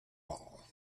all